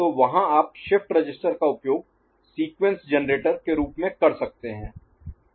तो वहाँ आप शिफ्ट रजिस्टर का उपयोग सीक्वेंस जनरेटर के रूप में कर सकते हैं